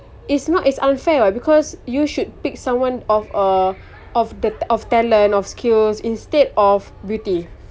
it's not it's unfair [what] because you should pick someone of uh of ta~ of talent of skills instead of beauty